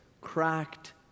cracked